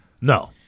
No